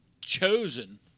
chosen